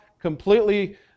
completely